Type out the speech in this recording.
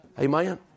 Amen